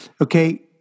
Okay